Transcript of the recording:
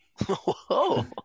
Whoa